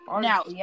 now